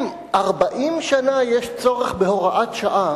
אם 40 שנה יש צורך בהוראת שעה,